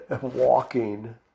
walking